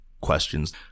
questions